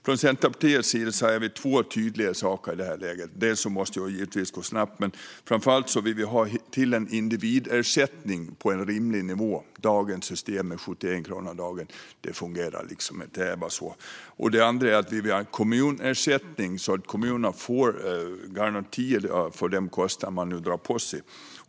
Från Centerpartiets sida säger vi två tydliga saker i det här läget. För det första måste det givetvis gå snabbt, men framför allt vill vi få till en individersättning på en rimlig nivå. I dagens system är den 71 kronor om dagen. Det fungerar liksom inte; det är bara så. För det andra vill vi ha en kommunersättning så att kommunerna får garantier för de kostnader de nu drar på sig.